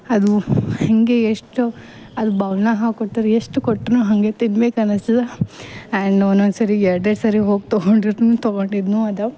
ಅದು ಹಿಂಗೆ ಎಷ್ಟು ಅಲ್ಲಿ ಬೌಲ್ನಾಗ ಹಾಕ್ಕೊಡ್ತಾರೆ ಎಷ್ಟು ಕೊಟ್ರು ಹಂಗೆ ತಿನ್ಬೇಕು ಅನಿಸ್ತದ ಆ್ಯಂಡ್ ಒನೊನ್ಸರಿಗೆ ಎರಡೆರಡು ಸರಿ ಹೋಗಿ ತಗೊಂಡು ಇರ್ತಿನಿ ತಗೊಂಡಿದ್ದು ಅದ